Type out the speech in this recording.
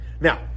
Now